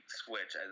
switch